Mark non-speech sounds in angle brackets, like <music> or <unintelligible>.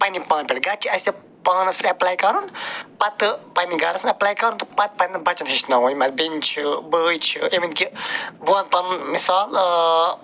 پنٛنہِ پان پٮ۪ٹھ گَرِ چھِ اَسہِ پانس پٮ۪ٹھ اٮ۪پلَے کَرُن پتہٕ پنٛنہِ گَرس منٛز اٮ۪پلَے کَرُن تہٕ پتہٕ پنٛنٮ۪ن بچن ہیٚچھناوُن یِم اَسہِ بیٚنہِ چھِ بٲے چھِ <unintelligible> بہٕ ون پَنُن مِثال